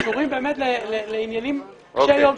שקשורים לעניינים קשי יום,